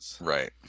Right